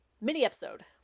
Mini-episode